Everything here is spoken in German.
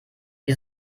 wie